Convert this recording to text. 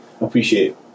appreciate